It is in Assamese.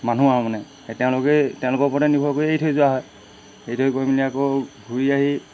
মানুহ আৰু মানে সেই তেওঁলোকে তেওঁলোকৰ ওপৰতে নিৰ্ভৰ কৰি এৰি থৈ যোৱা হয় এই দৰে গৈ মেলি আকৌ ঘূৰি আহি